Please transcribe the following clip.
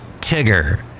Tigger